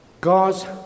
God's